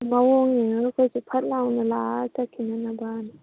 ꯃꯑꯣꯡ ꯌꯦꯡꯉꯒ ꯑꯩꯈꯣꯏꯁꯨ ꯐꯠꯂꯥꯎꯅ ꯂꯥꯛꯑ ꯆꯠꯈꯤꯅꯅꯕꯑꯅ